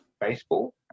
baseball